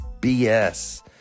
BS